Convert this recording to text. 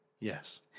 Yes